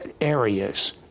areas